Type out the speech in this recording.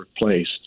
replaced